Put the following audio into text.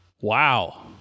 Wow